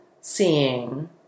Seeing